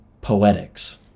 Poetics